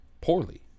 Poorly